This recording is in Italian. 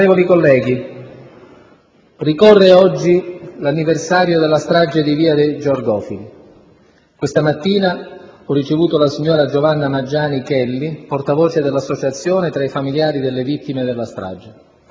Onorevoli colleghi, ricorre oggi l'anniversario della strage di via dei Georgofili. Questa mattina ho ricevuto la signora Giovanna Magiani Chelli, portavoce dell'Associazione tra i familiari delle vittime della strage.